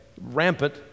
rampant